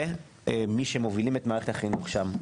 ומי שמובילים את מערכת החינוך שם.